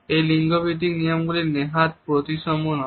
এই লিঙ্গ ভিত্তিক নিয়মগুলি নেহাত প্রতিসম নয়